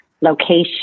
location